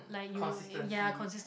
consistency